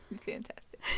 Fantastic